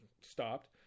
stopped